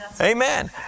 Amen